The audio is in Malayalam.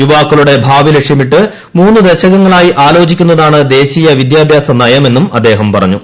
യുവാക്കളുടെ ഭാവി ലക്ഷ്യമിട്ട് മൂന്ന് ദശകങ്ങളായി ആലോചിക്കുന്നതാണ് ദേശീയ വിദ്യാഭ്യാസ നയമെന്നും അദ്ദേഹം പറഞ്ഞു